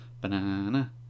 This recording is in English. banana